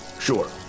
Sure